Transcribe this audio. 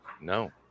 no